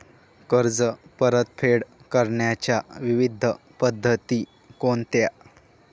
कर्ज परतफेड करण्याच्या विविध पद्धती कोणत्या?